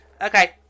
Okay